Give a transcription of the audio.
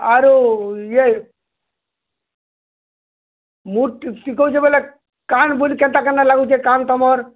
ଆରୁ ଇଏ ମୁଡ଼୍ ବୋଇଲେ କାଣା କେନ୍ତା କେନ୍ତା ଲାଗୁଛି କାଣା ତମର୍